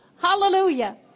Hallelujah